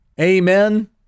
Amen